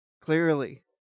clearly